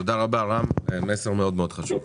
תודה רבה רם, מסר מאוד מאוד חשוב.